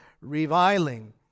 reviling